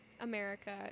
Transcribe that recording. America